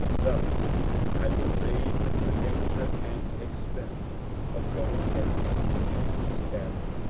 thus i was saved the danger and expense of going down into stafford.